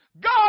God